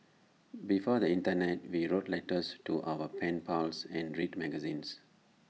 before the Internet we wrote letters to our pen pals and read magazines